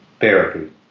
therapy